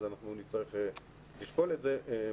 אנחנו נצטרך לשקול את זה מחדש.